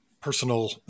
personal